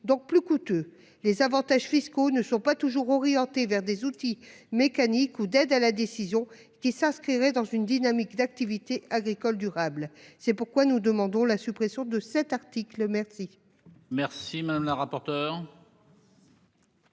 donc plus coûteux. Les avantages fiscaux ne sont pas toujours orienté vers des outils mécaniques ou d'aide à la décision qui s'inscrirait dans une dynamique d'activité agricole durable. C'est pourquoi nous demandons la suppression de cet article, merci.